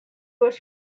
was